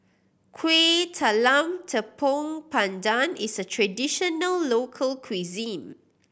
Kueh Talam Tepong Pandan is a traditional local cuisine